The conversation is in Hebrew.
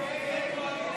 ההסתייגויות